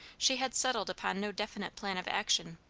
she had settled upon no definite plan of action.